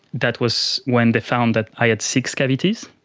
that was when they found that i had six cavities,